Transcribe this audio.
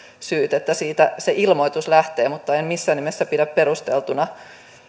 syyt että siitä se ilmoitus lähtee mutta en missään nimessä pidä perusteltuna